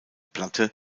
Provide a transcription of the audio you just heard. platte